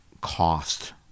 cost